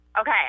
Okay